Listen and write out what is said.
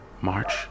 March